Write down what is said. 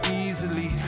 easily